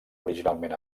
originalment